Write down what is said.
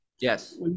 yes